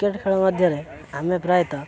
cricket ଖେଳ ମଧ୍ୟରେ ଆମେ ପ୍ରାୟତଃ